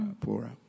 poorer